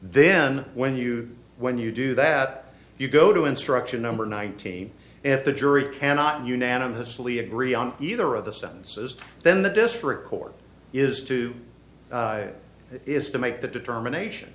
then when you when you do that you go to instruction number nineteen if the jury cannot unanimously agree on either of the sentences then the district court is to is to make that determination